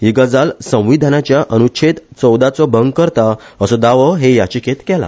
हि गजाल संविधानाच्या अनुच्छेद चौदाचो भंग करता असो दावो हे याचिकेंत केला